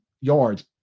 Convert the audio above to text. yards